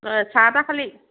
চাহ তাহ খালি